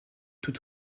tout